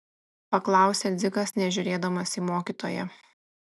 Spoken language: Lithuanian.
paklausė dzikas nežiūrėdamas į mokytoją